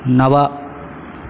नव